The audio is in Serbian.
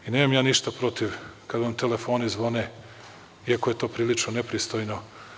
Nemam ja ništa protiv kada vam telefoni zvone, iako je to prilično nepristojno.